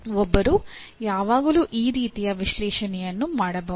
ಒಬ್ಬರು ಯಾವಾಗಲೂ ಆ ರೀತಿಯ ವಿಶ್ಲೇಷಣೆಯನ್ನು ಮಾಡಬಹುದು